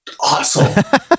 awesome